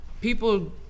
people